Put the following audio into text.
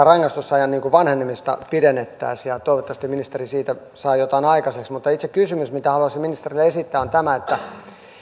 rangaistusajan vanhenemista pidennettäisiin ja toivottavasti ministeri siitä saa jotain aikaiseksi mutta itse kysymys minkä haluaisin ministerille esittää on tämä että